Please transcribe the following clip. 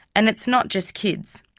and it's not just kids.